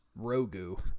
Rogu